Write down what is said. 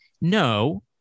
no